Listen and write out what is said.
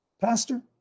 Pastor